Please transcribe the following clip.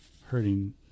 hurting